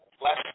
less